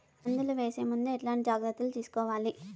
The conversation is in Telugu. మందులు వేసే ముందు ఎట్లాంటి జాగ్రత్తలు తీసుకోవాలి?